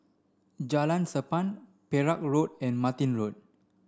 Jalan Sappan Perak Road and Martin Road